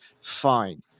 fine